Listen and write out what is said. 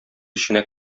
эченә